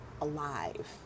alive